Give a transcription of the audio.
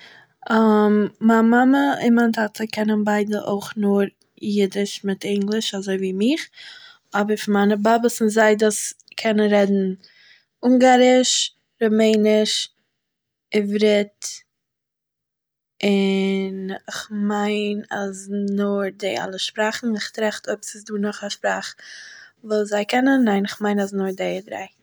מיין מאמע און מיין טאטע קענען ביידע אויך נאר יידיש מיט ענגליש אזויווי מיך, אבער פון מיינע באבעס און זיידעס קענען רעדן אונגאריש, רוימעיניש, עברית, און איך מיין אז נאר די אלע שפראכן, איך טראכט אויב ס'איז דא נאך א שפראך וואס זיי קענען, ניין, איך מיין אז נאר די דריי